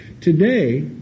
Today